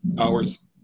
hours